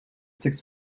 six